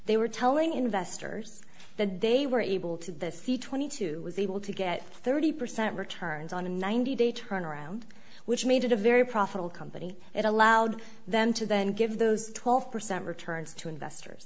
they were telling investors that they were able to see twenty two was able to get thirty percent returns on a ninety day turnaround which made it a very profitable company it allowed them to then give those twelve percent returns to investors